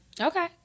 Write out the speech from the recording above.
Okay